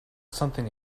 something